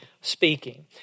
speaking